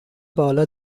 بالا